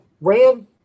Ran